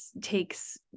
takes